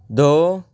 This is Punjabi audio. ਦੋ